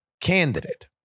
candidate